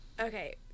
Okay